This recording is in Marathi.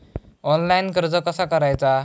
ऑनलाइन कर्ज कसा करायचा?